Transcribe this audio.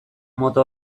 mota